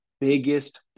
biggest